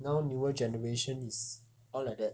now newer generation is all like that